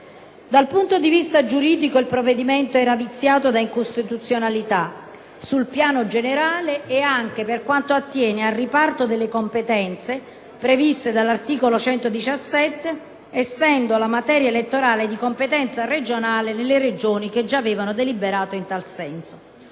Dal punto di vista giuridico il provvedimento era viziato da incostituzionalità sul piano generale e anche per quanto attiene al riparto delle competenze previste dall'articolo 117, essendo la materia elettorale di competenza regionale per le Regioni che già avevano deliberato in tal senso.